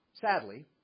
Sadly